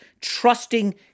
Trusting